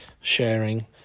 sharing